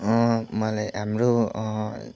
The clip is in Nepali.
मलाई हाम्रो